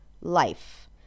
life